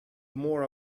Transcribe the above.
more